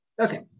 Okay